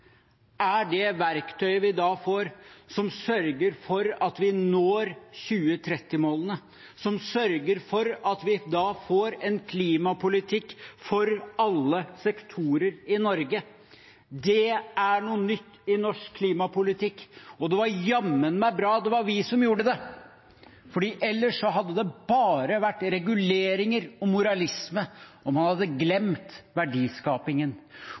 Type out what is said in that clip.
er det verktøyet vi da får, som sørger for at vi når 2030-målene, som sørger for at vi får en klimapolitikk for alle sektorer i Norge. Det er noe nytt i norsk klimapolitikk, og det var jammen meg bra det var vi som gjorde det, for ellers hadde det bare vært reguleringer og moralisme, og man hadde glemt verdiskapingen.